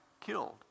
killed